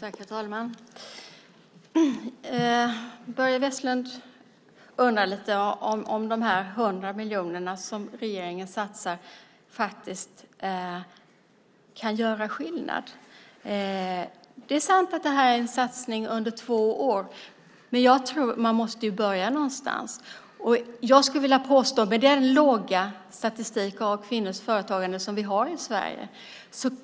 Herr talman! Börje Vestlund undrar om de 100 miljoner som regeringen satsar faktiskt kan göra skillnad. Det är sant att det är en satsning som sker under två år. Jag tror att man måste börja någonstans. Med den låga statistik av kvinnors företagande som vi har i Sverige